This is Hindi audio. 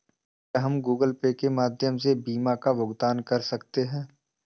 क्या हम गूगल पे के माध्यम से बीमा का भुगतान कर सकते हैं?